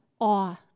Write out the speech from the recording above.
awe